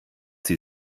sie